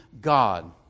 God